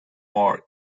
war